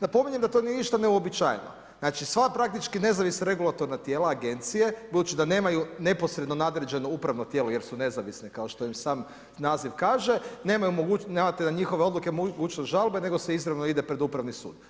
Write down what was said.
Napominjem da to nije ništa neuobičajeno, znači sva praktički nezavisna regulatorna tijela, agencije, budući da nemaju neposredno nadređeno upravo tijelo jer su nezavisni kao što im sam naziv kaže, nemate na njihove odluke mogućnost žalbe, nego se izravno ide pred upravni sud.